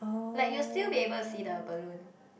like you will still be able to see the balloon